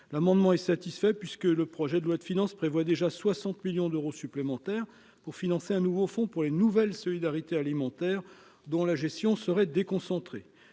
l'amendement est satisfait, puisque le projet de loi de finances prévoit déjà 60 millions d'euros supplémentaires pour financer un nouveau fonds pour les nouvelles solidarités alimentaire dont la gestion serait déconcentré,